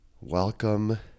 Welcome